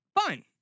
Fine